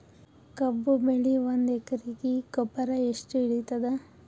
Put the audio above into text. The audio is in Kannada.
ಕಬ್ಬು ಬೆಳಿ ಒಂದ್ ಎಕರಿಗಿ ಗೊಬ್ಬರ ಎಷ್ಟು ಹಿಡೀತದ?